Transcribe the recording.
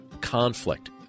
conflict